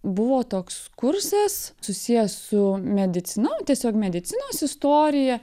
buvo toks kursas susijęs su medicina tiesiog medicinos istorija